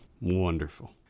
Wonderful